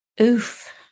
oof